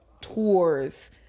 tours